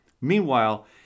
Meanwhile